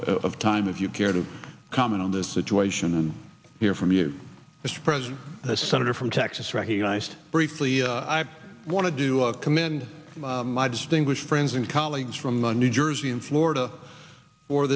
of time if you care to comment on this situation and hear from you mr president the senator from texas recognized briefly i want to do a commend my distinguished friends and colleagues from the new jersey in florida for